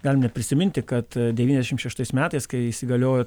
galim net prisiminti kad devyniasdešimt šeštais metais kai įsigaliojo